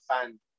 fan